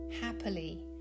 happily